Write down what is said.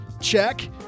Check